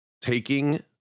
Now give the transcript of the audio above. taking